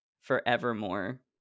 Forevermore